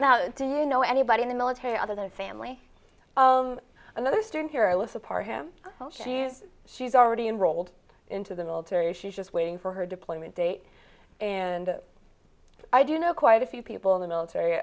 now do you know anybody in the military other than family another student here a little part him she's already enrolled into the military she's just waiting for her deployment date and i do know quite a few people in the military